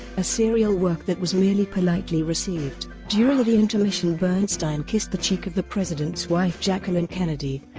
a serial-work that was merely politely received. during the the intermission bernstein kissed the cheek of the president's wife jacqueline kennedy,